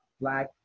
Black